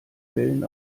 wellen